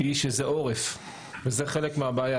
היא שזה עורף, וזה חלק מהבעיה.